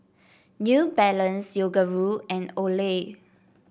New Balance Yoguru and Olay